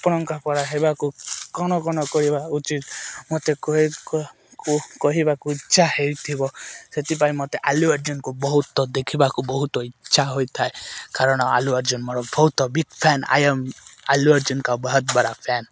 ଆପଣଙ୍କା ପରା ହେବାକୁ କ'ଣ କ'ଣ କହିବା ଉଚିତ ମତେ କହିବାକୁ ଇଚ୍ଛା ହେଇଥିବ ସେଥିପାଇଁ ମୋତେ ଆଲୁ ଆର୍ଜୁନକୁ ଦେଖିବାକୁ ବହୁତ ଦେଖିବାକୁ ବହୁତ ଇଚ୍ଛା ହୋଇଥାଏ କାରଣ ଆଲୁ ଆର୍ଜୁନ୍ ମୋର ବହୁତ big fan I am Allu ଆର୍ଜୁନଙ୍କ ବହୁତ୍ ବଡ଼ା ଫ୍ୟାନ୍